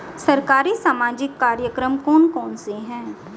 सरकारी सामाजिक कार्यक्रम कौन कौन से हैं?